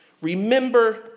Remember